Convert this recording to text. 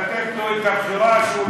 ולתת לו את הבחירה שהוא,